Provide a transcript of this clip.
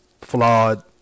flawed